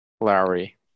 Lowry